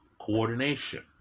coordination